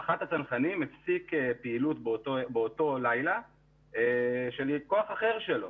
מח"ט הצנחנים הפסיק פעילות באותו לילה בכוח אחר שלו